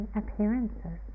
appearances